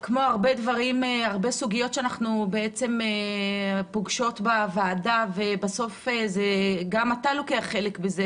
כמו הרבה סוגיות שאנחנו פוגשות בוועדה וגם אתה לוקח חלק בזה